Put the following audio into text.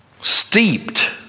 steeped